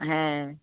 হ্যাঁ